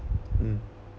mm